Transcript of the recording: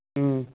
ꯎꯝ